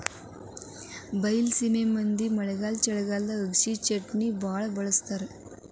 ಬೈಲಸೇಮಿ ಮಂದಿ ಮಳೆಗಾಲ ಚಳಿಗಾಲದಾಗ ಅಗಸಿಚಟ್ನಿನಾ ಬಾಳ ಬಳ್ಸತಾರ